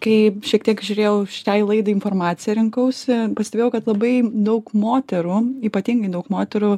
kai šiek tiek žiūrėjau šiai laidai informaciją rinkausi pastebėjau kad labai daug moterų ypatingai daug moterų